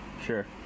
Sure